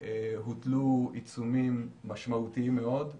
הוטלו עיצומים משמעותיים מאוד,